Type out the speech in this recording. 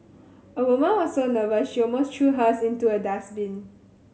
a woman was so nervous she almost threw hers into a dustbin